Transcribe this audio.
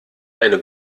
eine